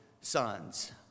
sons